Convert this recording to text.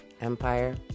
empire